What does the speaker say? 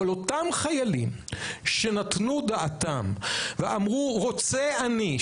אבל אותם חיילים שנתנו דעתם ואמרו רוצה אני,